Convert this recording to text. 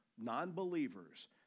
non-believers